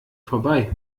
vorbei